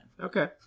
Okay